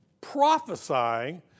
prophesying